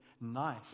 nice